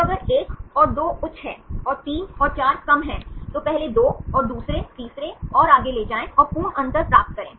तो अगर 1 और 2 उच्च हैं और 3 और 4 कम हैं तो पहले 2 और दूसरे तीसरे और आगे ले जाएं और पूर्ण अंतर प्राप्त करें